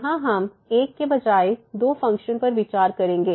यहां हम एक के बजाय दो फंक्शन पर विचार करेंगे